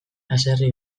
haserre